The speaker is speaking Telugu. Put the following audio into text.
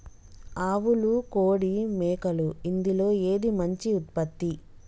ఆవులు కోడి మేకలు ఇందులో ఏది మంచి ఉత్పత్తి?